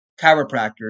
chiropractors